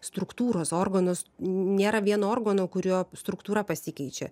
struktūros organos nėra vieno organo kurio struktūra pasikeičia